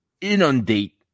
inundate